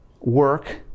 work